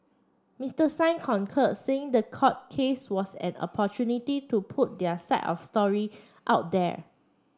Mister Singh concur saying the court case was an opportunity to put their side of the story out there